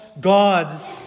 gods